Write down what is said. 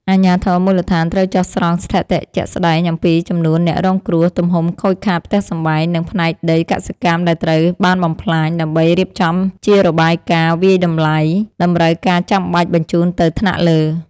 អាជ្ញាធរមូលដ្ឋានត្រូវចុះស្រង់ស្ថិតិជាក់ស្ដែងអំពីចំនួនអ្នករងគ្រោះ ទំហំខូចខាតផ្ទះសម្បែង និងផ្ទៃដីកសិកម្មដែលត្រូវបានបំផ្លាញ ដើម្បីរៀបចំជារបាយការណ៍វាយតម្លៃតម្រូវការចាំបាច់បញ្ជូនទៅថ្នាក់លើ។